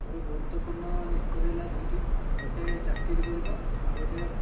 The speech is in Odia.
ମୋ'ର ଗୁରୁତ୍ୱପୁର୍ଣ୍ଣ ନିଷ୍ପତ୍ତି ହେଲା ଦୁଇଟି ଗୋଟିଏ ଚାକିରି କରିବା ଆଉ ଗୋଟିଏ